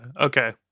Okay